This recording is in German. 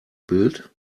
bild